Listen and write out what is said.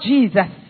Jesus